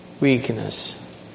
weakness